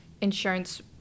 insurance